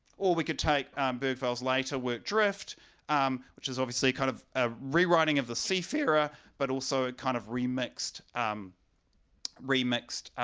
or we could take bergvall's later work, drift um which is obviously kind of ah rewriting of the seafarer but also it kind of remixed um remixed